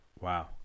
Wow